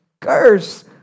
Curse